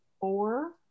four